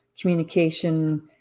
communication